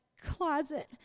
closet